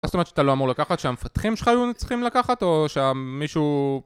מה זאת אומרת שאתה לא אמור לקחת שהמפתחים שלך היו צריכים לקחת או שהמישהו...